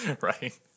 Right